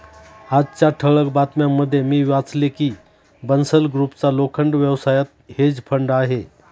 आजच्या ठळक बातम्यांमध्ये मी वाचले की बन्सल ग्रुपचा लोखंड व्यवसायात हेज फंड आहे